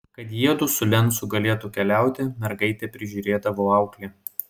kad jiedu su lencu galėtų keliauti mergaitę prižiūrėdavo auklė